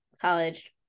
college